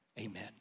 Amen